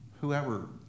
whoever